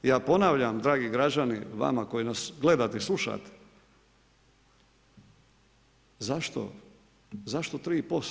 I ja ponavljam, dragi građani, vama koji nas gledate, slušate, zašto 3%